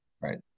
Right